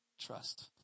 trust